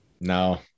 No